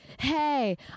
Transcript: Hey